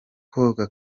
koga